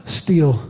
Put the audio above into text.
steal